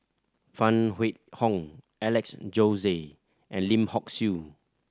Phan Wait Hong Alex Josey and Lim Hock Siew